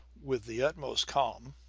with the utmost calm.